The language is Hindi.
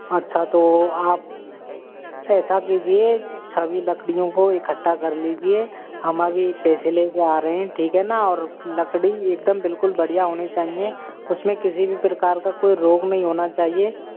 अच्छा तो आप ऐसा कीजिए सभी लकड़ियों को इकट्ठा कर लीजिए हम अभी पैसे लेके आ रहे हैं ठीक है ना और लकड़ी एकदम बिलकुल बढ़िया होनी चाहिए उसमें किसी भी प्रकार का कोई रोग नहीं होना चाहिए